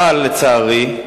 אבל לצערי,